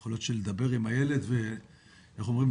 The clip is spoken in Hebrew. - יכול להיות שלדבר עם הילד ואיך אומרים,